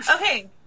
Okay